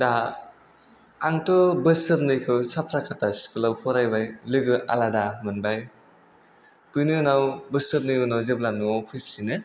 दा आंथ' बोसोरनैखौ साफ्राखाथा स्कुलआव फरायबाय लोगो आलादा मोनबाय बिनि उनाव बोसोरनै उनाव जेब्ला न'आव फैफिनो